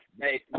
Hey